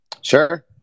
Sure